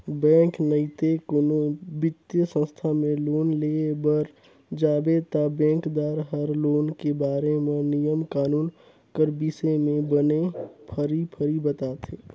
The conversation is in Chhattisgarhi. बेंक नइते कोनो बित्तीय संस्था में लोन लेय बर जाबे ता बेंकदार हर लोन के बारे म नियम कानून कर बिसे में बने फरी फरी बताथे